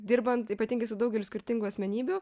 dirbant ypatingai su daugeliu skirtingų asmenybių